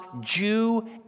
Jew